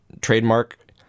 trademark